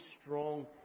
strong